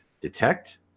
detect